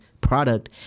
product